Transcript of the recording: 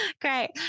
great